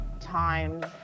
times